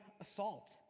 assault